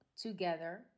together